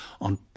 On